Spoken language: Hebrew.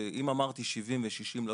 אמרתי 70 ו-60 לבנייה.